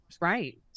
Right